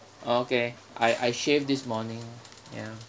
o~ okay I I shaved this morning ya